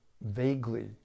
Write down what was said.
vaguely